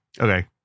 Okay